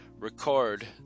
Record